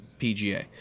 PGA